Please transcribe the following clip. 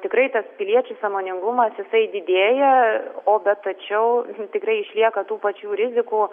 tikrai tas piliečių sąmoningumas jisai didėja o bet tačiau tikrai išlieka tų pačių rizikų